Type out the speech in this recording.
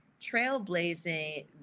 trailblazing